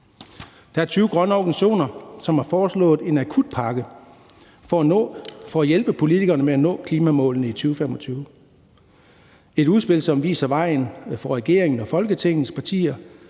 Der er 20 grønne organisationer, som har foreslået en akutpakke for at hjælpe politikerne med at nå klimamålene i 2025. Det er et udspil, som viser vejen for regeringen og Folketingets partier.